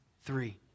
Three